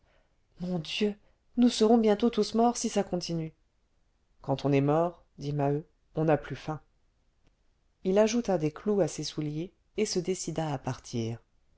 mon dieu nous serons bientôt tous morts si ça continue quand on est mort dit maheu on n'a plus faim il ajouta des clous à ses souliers et se décida à partir